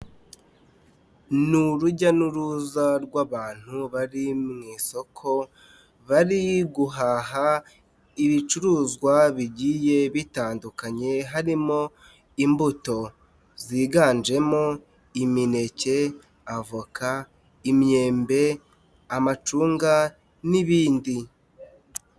Ni urujya n'uruza rw'abantu bari wmu isoko, bari guhaha ibicuruzwa bigiye bitandukanye, harimo imbuto ziganjemo: imineke, avoka, imyembe, amacunga n'ibindi.